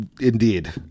indeed